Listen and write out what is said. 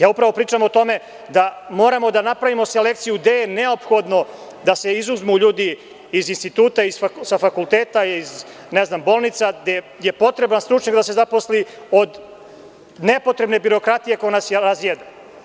Upravo pričam o tome da moramo da napravimo selekciju gde je neophodno da se izuzmu ljudi iz instituta, sa fakulteta, iz bolnica, gde je potrebno stručnjak da se zaposli od nepotrebne birokratije koja nas razjeda.